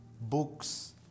books